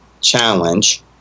challenge